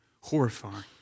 horrifying